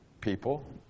People